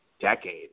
decade